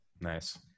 Nice